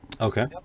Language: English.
Okay